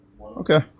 Okay